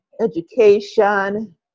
education